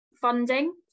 funding